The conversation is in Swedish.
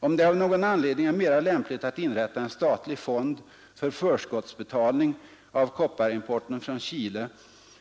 Om det av någon anledning är mera lämpligt att inrätta en statlig fond för förskottsbetalning av kopparimporten från Chile,